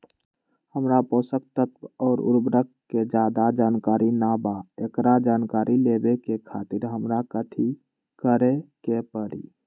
हमरा पोषक तत्व और उर्वरक के ज्यादा जानकारी ना बा एकरा जानकारी लेवे के खातिर हमरा कथी करे के पड़ी?